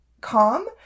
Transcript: calm